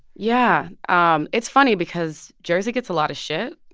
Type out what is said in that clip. yeah. um it's funny because jersey gets a lot of shit,